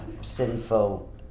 sinful